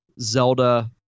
Zelda